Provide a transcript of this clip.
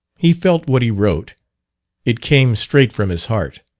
he felt what he wrote it came straight from his heart,